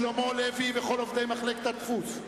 לשלמה לוי ולכל עובדי מחלקת הדפוס,